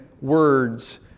words